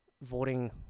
voting